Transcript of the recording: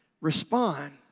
respond